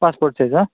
passport ಸೈಝಾ